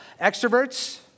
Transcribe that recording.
Extroverts